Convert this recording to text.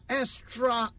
extra